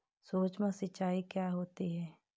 सुक्ष्म सिंचाई क्या होती है?